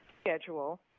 schedule